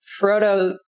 Frodo